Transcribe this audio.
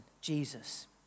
Jesus